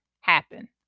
happen